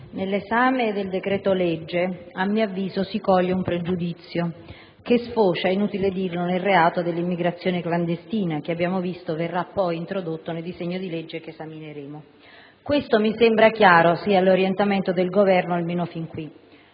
nell'esame del decreto-legge si coglie un pregiudizio che sfocia - inutile dirlo - nel reato di immigrazione clandestina, che, come abbiamo visto, verrà poi introdotto nel disegno di legge che esamineremo. Mi sembra chiaro che questo è l'orientamento del Governo, almeno fino qui: